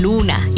Luna